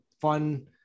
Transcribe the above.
fun